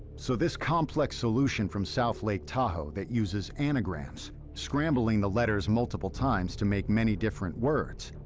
so this complex solution from south lake tahoe that uses anagrams, scrambling the letters multiple times to make many different words,